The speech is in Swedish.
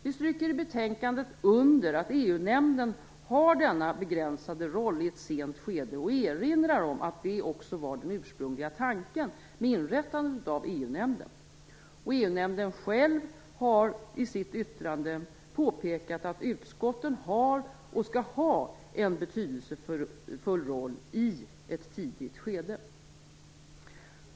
Vi stryker i betänkandet under att EU-nämnden har denna begränsade roll i ett sent skede och erinrar om att det också var den ursprungliga tanken med inrättandet av EU-nämnden. EU-nämnden själv har i sitt yttrande påpekat att utskotten har och skall ha en betydelsefull roll i ett tidigt skede.